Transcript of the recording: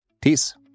Peace